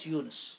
Yunus